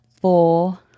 four